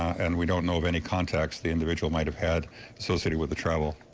and we don't know of any contacts the individual might have had associated with the travel.